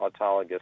autologous